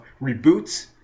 reboots